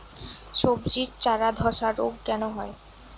সবজির চারা ধ্বসা রোগ কেন হয়?